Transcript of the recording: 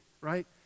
right